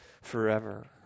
forever